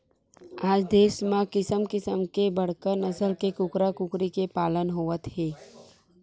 आज देस म किसम किसम के बड़का नसल के कूकरा कुकरी के पालन होवत हे